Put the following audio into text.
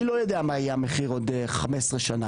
אני לא יודע מה יהיה המחיר עוד 15 שנה,